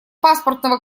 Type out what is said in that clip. паспортного